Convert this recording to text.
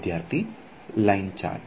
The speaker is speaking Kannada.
ವಿದ್ಯಾರ್ಥಿ ಲೈನ್ ಚಾರ್ಜ್